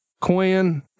Quinn